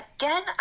again